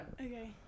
Okay